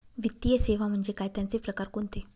वित्तीय सेवा म्हणजे काय? त्यांचे प्रकार कोणते?